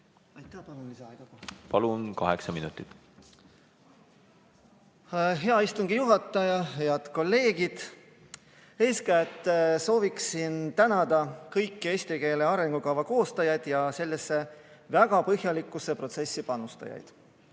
Palun, kaheksa minutit! Hea istungi juhataja! Head kolleegid! Eeskätt soovin tänada kõiki eesti keele arengukava koostajaid ja sellesse väga põhjalikku protsessi panustajaid,